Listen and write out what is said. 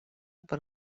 per